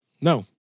No